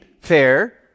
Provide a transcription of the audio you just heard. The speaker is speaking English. fair